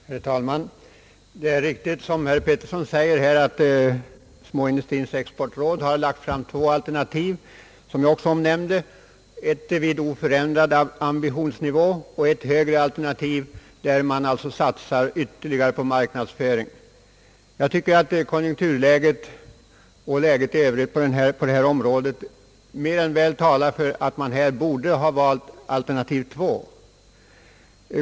Herr talman! Det är riktigt som herr Petersson säger att småindustrins exportråd lagt fram två alternativ, vilket jag också omnämnde — ett med oförändrad ambitionsnivå och ett högre alternativ, där man satsar ytterligare på marknadsföring. Jag tycker att konjunkturläget och situationen i fråga om sysselsättningen mer än väl talar för att man borde välja det högre alternativet.